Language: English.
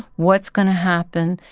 what's going to happen?